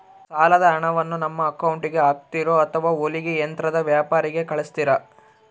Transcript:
ಸಾಲದ ಹಣವನ್ನು ನಮ್ಮ ಅಕೌಂಟಿಗೆ ಹಾಕ್ತಿರೋ ಅಥವಾ ಹೊಲಿಗೆ ಯಂತ್ರದ ವ್ಯಾಪಾರಿಗೆ ಕಳಿಸ್ತಿರಾ?